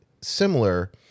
similar